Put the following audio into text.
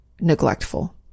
neglectful